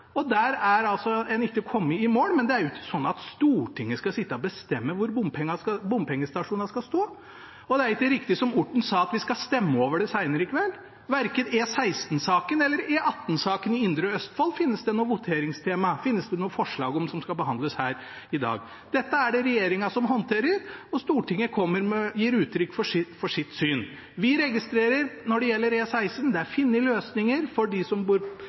nordsida. Der har en ikke kommet i mål. Men det er jo ikke sånn at Stortinget skal sitte og bestemme hvor bompengestasjonene skal stå, og det er ikke riktig, som Orten sa, at vi skal stemme over det senere i kveld, for verken for E16-saken eller E18-saken i indre Østfold finnes det noe voteringstema eller noe forslag som skal behandles her i dag. Dette er det regjeringen som håndterer, og Stortinget gir uttrykk for sitt syn. Vi registrerer når det gjelder E16, at det er funnet løsninger for deler av problemet – veldig bra – men man kom altså ikke i mål for dem som bor